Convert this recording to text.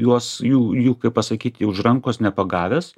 juos jų jų kaip pasakyt jų už rankos nepagavęs